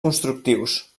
constructius